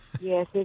yes